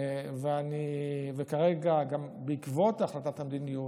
כרגע, בעקבות החלטת המדיניות,